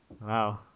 Wow